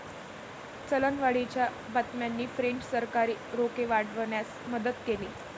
चलनवाढीच्या बातम्यांनी फ्रेंच सरकारी रोखे वाढवण्यास मदत केली